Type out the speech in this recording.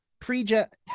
pre-jet